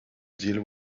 deal